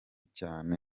cyane